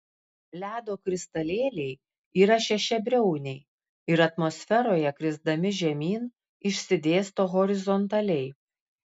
ledo kristalėliai yra šešiabriauniai ir atmosferoje krisdami žemyn išsidėsto horizontaliai